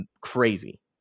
crazy